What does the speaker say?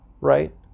right